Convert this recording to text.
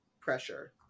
pressure